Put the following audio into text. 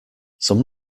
some